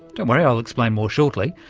don't worry, i'll explain more shortly.